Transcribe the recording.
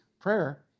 Prayer